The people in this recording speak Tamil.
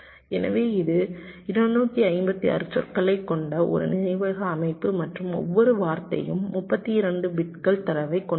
எனவே இது 256 சொற்களைக் கொண்ட ஒரு நினைவக அமைப்பு மற்றும் ஒவ்வொரு வார்த்தையும் 32 பிட்கள் தரவைக் கொண்டுள்ளது